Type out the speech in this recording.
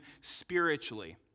spiritually